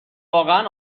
واقعا